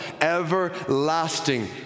everlasting